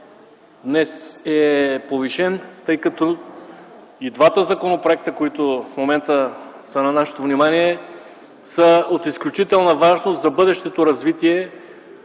днес е повишен, тъй като и двата законопроекта, които в момента са на нашето внимание, са от изключителна важност за бъдещото развитие